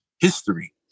history